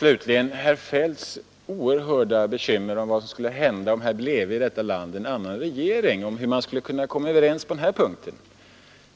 Slutligen hade herr Feldt oerhörda bekymmer för hur man skulle kunna komma överens på den här punkten, om det bleve en annan regering i detta land.